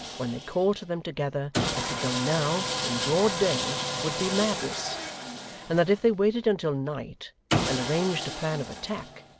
when they called to them together that to go now, in broad day, would be madness and that if they waited until night and arranged a plan of attack,